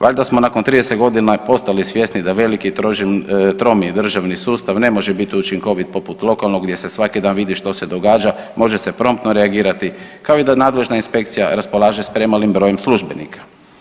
Valjda smo nakon 30 godina postali svjesni da veliki i tromi državni sustav ne može biti učinkovit poput lokalnog gdje se svaki dan vidi što se događa, može se promptno reagirati, kao i da nadležna inspekcija raspolaže s premalim brojem službenika.